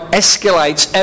escalates